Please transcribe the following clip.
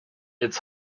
its